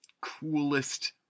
coolest